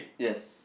yes